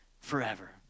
forever